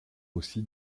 aussi